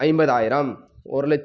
ஐம்பதாயிரம் ஒரு லட்ச்